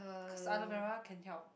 cause aloe-vera can help